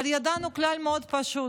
אבל ידענו כלל מאוד פשוט: